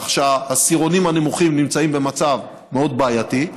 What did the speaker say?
העשירונים הנמוכים נמצאים במצב מאוד בעייתי,